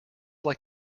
like